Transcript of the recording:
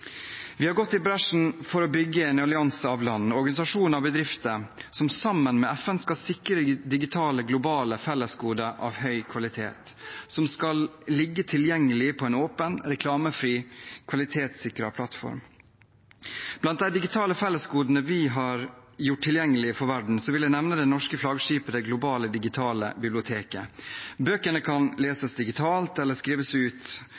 Vi har gått i bresjen for å bygge en allianse av land, organisasjoner og bedrifter som sammen med FN skal sikre digitale, globale fellesgoder av høy kvalitet, som skal ligge tilgjengelig på en åpen, reklamefri, kvalitetssikret plattform. Blant de digitale fellesgodene vi har gjort tilgjengelig for verden, vil jeg nevne det norske flaggskipet Det globale digitale bibliotek. Bøkene kan leses digitalt eller skrives ut.